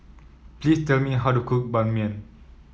please tell me how to cook Ban Mian